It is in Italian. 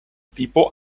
tipo